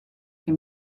que